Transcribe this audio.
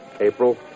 April